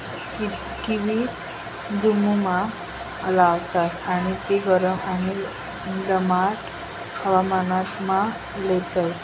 kiwi जम्मुमा लावतास आणि ती गरम आणि दमाट हवामानमा लेतस